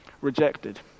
rejected